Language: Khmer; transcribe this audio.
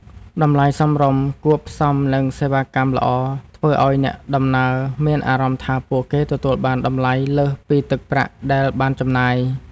តម្លៃសមរម្យគួបផ្សំនឹងសេវាកម្មល្អធ្វើឱ្យអ្នកដំណើរមានអារម្មណ៍ថាពួកគេទទួលបានតម្លៃលើសពីទឹកប្រាក់ដែលបានចំណាយ។